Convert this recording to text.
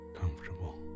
comfortable